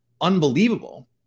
unbelievable –